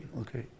Okay